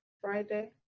friday